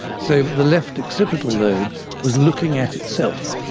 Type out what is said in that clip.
so the left occipital lobe was looking at itself.